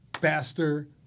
faster